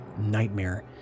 nightmare